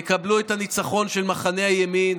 תקבלו את הניצחון של מחנה הימין,